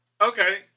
Okay